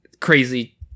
crazy